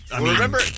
Remember